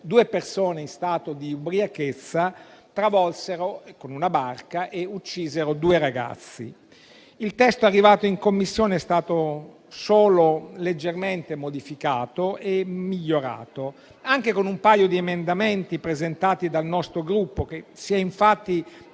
due persone in stato di ubriachezza con una barca travolsero e uccisero due ragazzi. Il testo arrivato in Commissione è stato solo leggermente modificato e migliorato, anche con un paio di emendamenti presentati dal nostro Gruppo. Si è infatti